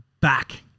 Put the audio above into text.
back